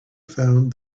found